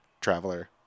traveler